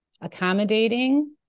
accommodating